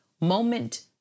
moment